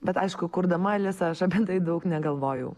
bet aišku kurdama alisą aš apie tai daug negalvojau